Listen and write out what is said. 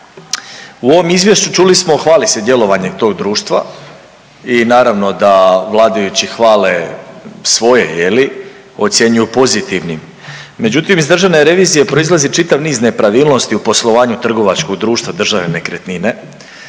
U ovom izvješću čuli smo hvali se djelovanje tog društva i naravno da vladajući hvale svoje je li, ocjenjuju pozitivnim, međutim iz državne revizije proizlazi čitav niz nepravilnosti u poslovanju trgovačkog društva Državne nekretnine,